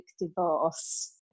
divorce